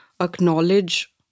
acknowledge